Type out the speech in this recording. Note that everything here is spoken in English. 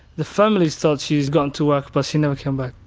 the family thought she had gone to work, but she never came back.